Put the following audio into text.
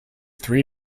three